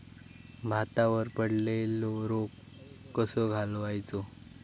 भातावर पडलेलो रोग कसो घालवायचो?